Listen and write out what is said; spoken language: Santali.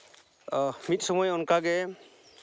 ᱢᱤᱫ ᱥᱚᱢᱚᱭ ᱚᱱᱠᱟᱜᱮ